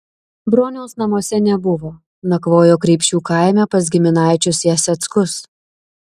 broniaus namuose nebuvo nakvojo kreipšių kaime pas giminaičius jaseckus